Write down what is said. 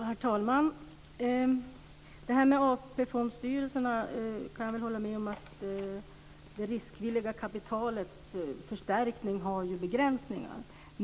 Herr talman! När det gäller AP-fondstyrelserna kan jag väl hålla med om att det riskvilliga kapitalets förstärkning har begränsningar.